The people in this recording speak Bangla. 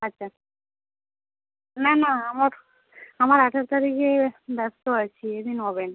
আচ্ছা না না আমার আমার আটাশ তারিখে ব্যস্ত আছি ওই দিন হবে না